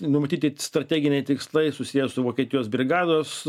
numatyti strateginiai tikslai susiję su vokietijos brigados